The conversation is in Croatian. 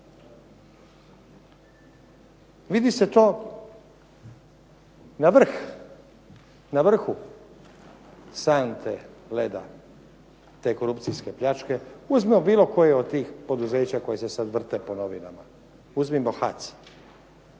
Vidi se to na vrhu sante leda te korupcijske pljačke. Uzmimo bilo koje od tih poduzeća koje se sad vrte po novinama. Uzmimo HAC.